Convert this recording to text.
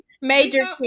major